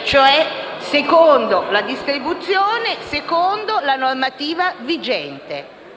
ossia: «la distribuzione secondo la normativa vigente»,